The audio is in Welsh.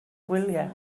gwyliau